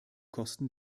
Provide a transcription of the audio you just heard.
kosten